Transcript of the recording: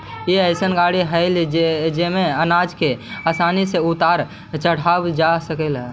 ई अइसन गाड़ी हई जेमे अनाज के आसानी से उतारल चढ़ावल जा सकऽ हई